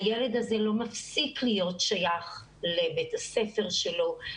הילד הזה לא מפסיק להיות שייך לבית הספר שלו,